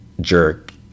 jerk